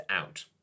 out